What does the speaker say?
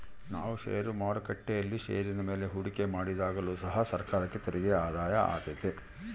ನಾವು ಷೇರು ಮಾರುಕಟ್ಟೆಯಲ್ಲಿ ಷೇರಿನ ಮೇಲೆ ಹೂಡಿಕೆ ಮಾಡಿದಾಗಲು ಸಹ ಸರ್ಕಾರಕ್ಕೆ ತೆರಿಗೆ ಆದಾಯ ಆತೆತೆ